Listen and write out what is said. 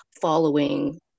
following